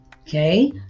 Okay